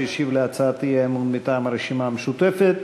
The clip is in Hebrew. שהשיב על הצעת האי-אמון מטעם הרשימה המשותפת.